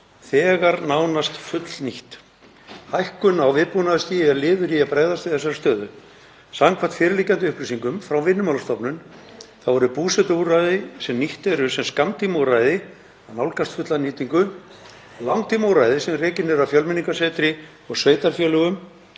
þegar nánast fullnýtt. Hækkun á viðbúnaðarstigi er liður í að bregðast við þessari stöðu. […] Samkvæmt fyrirliggjandi upplýsingum frá Vinnumálastofnun þá eru búsetuúrræði sem nýtt eru sem skammtímaúrræði að nálgast fulla nýtingu. Langtímaúrræði sem rekin eru af Fjölmenningarsetri og sveitarfélögum